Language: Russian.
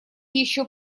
еще